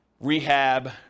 rehab